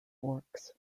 forks